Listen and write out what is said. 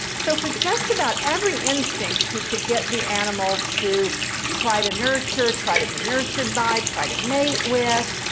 so for just about every instinct he could get the animal to try to nurture, try to be nurtured by, try to mate with,